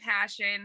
passion